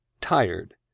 Tired